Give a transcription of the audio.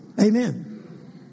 Amen